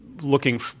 Looking